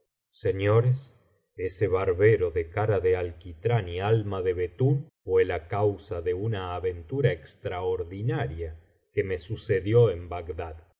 señores ese barbero de cara de alquitrán y alma de betún fué la causa de una aventura extraordinaria que me sucedió en bagdad